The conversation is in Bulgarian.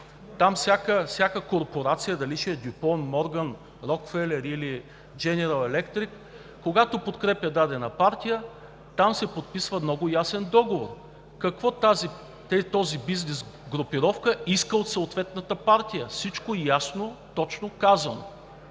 Там всяка корпорация – дали ще е Дюпон, Морган, Рокфелер или Дженерал Електрик, когато подкрепя дадена партия, подписва много ясен договор какво този бизнес или групировка иска от съответната партия, всичко е ясно и точно казано.